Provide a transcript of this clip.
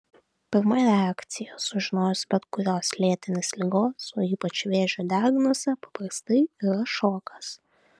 pirma reakcija sužinojus bet kurios lėtinės ligos o ypač vėžio diagnozę paprastai yra šokas